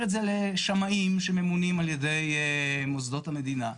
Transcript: את זה לשמאים שממונים על ידי מוסדות המדינה.